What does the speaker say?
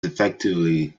effectively